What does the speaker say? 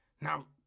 Now